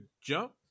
jump